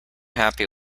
happy